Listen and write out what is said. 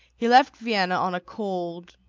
he left vienna on a cold,